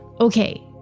okay